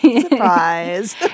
Surprise